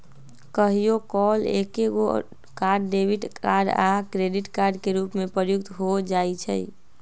कहियो काल एकेगो कार्ड डेबिट कार्ड आ क्रेडिट कार्ड के रूप में प्रयुक्त हो जाइ छइ